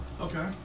Okay